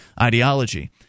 ideology